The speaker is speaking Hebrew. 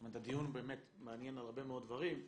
זאת אומרת, בדיון באמת מעניינים הרבה מאוד דברים,